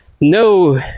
no